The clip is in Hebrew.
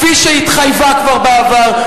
כפי שהתחייבה כבר בעבר,